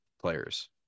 players